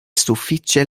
sufiĉe